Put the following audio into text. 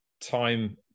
time